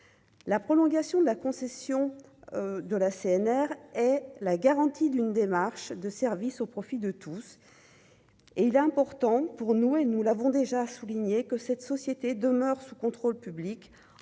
la prolongation de la concession de la CNR et la garantie d'une démarche de service au profit de tous et il est important pour nous et nous l'avons déjà souligné que cette société demeure sous contrôle public,